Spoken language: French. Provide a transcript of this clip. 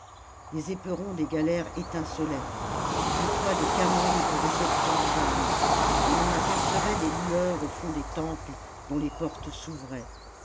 les éperons des galères étincelaient le toit de khamon paraissait tout en flammes et l'on apercevait des lueurs au fond des temples dont les portes s'ouvraient